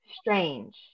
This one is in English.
strange